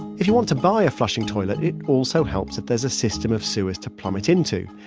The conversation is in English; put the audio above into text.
if you want to buy a flushing toilet, it also helps if there's a system of sewers to plumb it into.